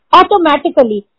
automatically